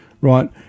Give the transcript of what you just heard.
right